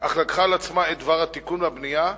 אך לקחה על עצמה את דבר התיקון והבנייה,